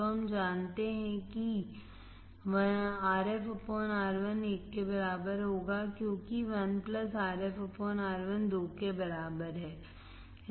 तो हम जानते हैं कि Rf Ri 1 के बराबर होगा क्योंकि 1 Rf Ri 2 के बराबर है